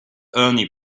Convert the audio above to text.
only